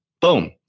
Boom